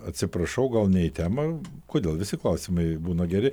atsiprašau gal ne į temą kodėl visi klausimai būna geri